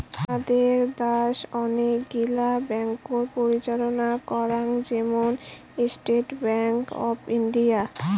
হামাদের দ্যাশ অনেক গিলা ব্যাঙ্ককোত পরিচালনা করাং, যেমন স্টেট ব্যাঙ্ক অফ ইন্ডিয়া